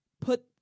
put